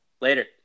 Later